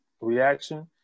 reaction